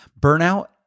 burnout